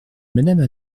madame